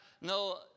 No